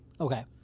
Okay